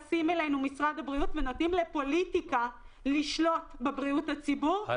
מתייחס אלינו ונותנים לפוליטיקה לשלוט בבריאות הציבור,